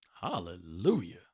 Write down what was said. Hallelujah